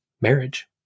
marriage